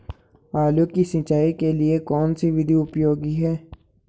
आलू की सिंचाई के लिए कौन सी विधि उपयोगी है?